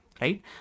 right